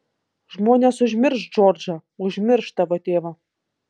žmonės užmirš džordžą užmirš tavo tėvą